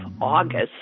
August